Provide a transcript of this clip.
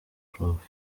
prof